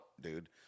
dude